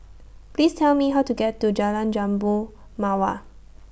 Please Tell Me How to get to Jalan Jambu Mawar